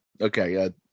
okay